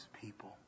people